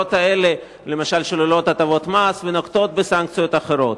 המגבלות האלה למשל שוללות הטבות מס ונוקטות סנקציות אחרות.